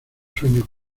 sueño